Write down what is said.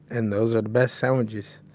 and those are the best sandwiches.